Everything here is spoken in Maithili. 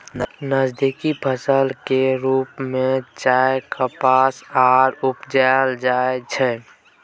नकदी फसल के रूप में चाय, कपास आर उपजाएल जाइ छै